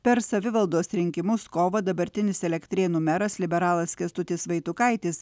per savivaldos rinkimus kovą dabartinis elektrėnų meras liberalas kęstutis vaitukaitis